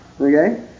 Okay